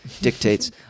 dictates